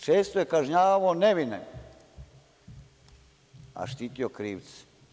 Često je kažnjavao nevine, a štitio krivce.